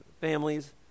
families